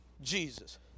Jesus